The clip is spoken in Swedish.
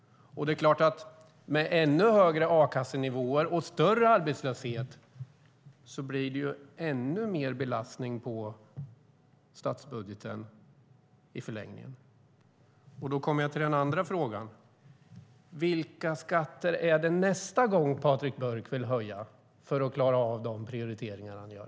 Med ännu högre a-kassenivåer och större arbetslöshet blir det en ännu större belastning på statsbudgeten i förlängningen. Då kommer jag till den andra frågan. Vilka skatter vill Patrik Björck höja nästa gång för att klara av de prioriteringar han gör?